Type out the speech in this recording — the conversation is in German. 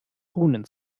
runen